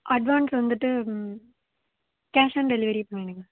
advance வந்துட்டு cash on delivery பண்ணிவிடுங்க